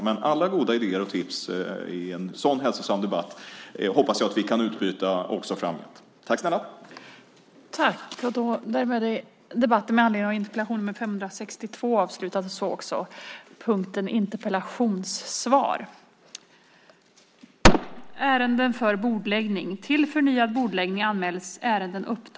Jag hoppas att vi framgent kan utbyta goda idéer och tips i en sådan hälsosam debatt.